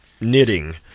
knitting